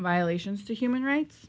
violations to human rights